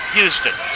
Houston